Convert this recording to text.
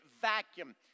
vacuum